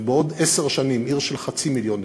ובעוד עשר שנים עיר של חצי מיליון נפש,